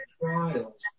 trials